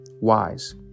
wise